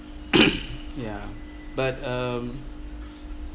ya but um